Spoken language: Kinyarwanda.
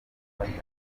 abahutu